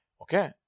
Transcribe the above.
Okay